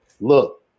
look